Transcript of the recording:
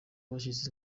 abashyitsi